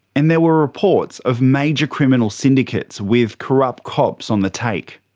and there were reports of major criminal syndicates with corrupt cops on the take.